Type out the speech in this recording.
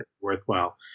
worthwhile